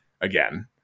again